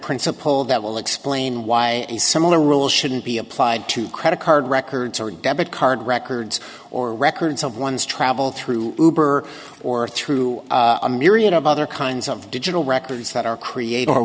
principal that will explain why a similar rules shouldn't be applied to credit card records or debit card records or records of one's travel through or through a myriad of other kinds of digital records that are create